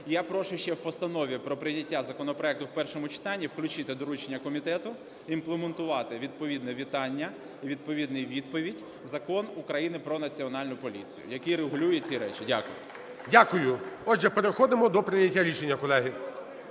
я прошу ще в Постанові про прийняття законопроекту в першому читанні включити доручення комітету імплементувати відповідне вітання, відповідну відповідь у Закон України "Про Національну поліцію", який регулює ці речі. Дякую. ГОЛОВУЮЧИЙ. Дякую. Отже, переходимо до прийняття рішення, колеги.